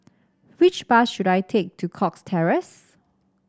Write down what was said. which bus should I take to Cox Terrace